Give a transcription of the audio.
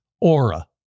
Aura